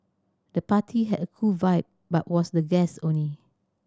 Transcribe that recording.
the party had a cool vibe but was the guests only